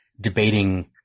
debating